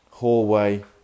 hallway